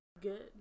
good